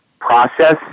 process